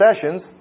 Sessions